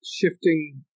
shifting